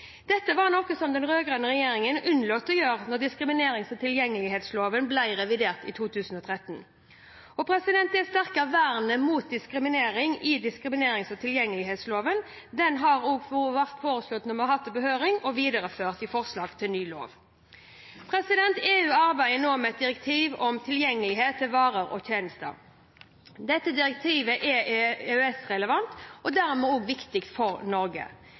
Dette var noe som den rød-grønne regjeringen unnlot å gjøre da diskriminerings- og tilgjengelighetsloven ble revidert i 2013. Det sterke vernet mot diskriminering i diskriminerings- og tilgjengelighetsloven har blitt foreslått – når vi har hatt det på høring – videreført i forslag til ny lov. EU arbeider nå med et direktiv om tilgjengelighet til varer og tjenester. Dette direktivet er EØS-relevant og dermed også viktig for Norge.